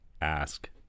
ask